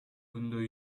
күндө